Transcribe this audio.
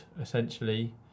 essentially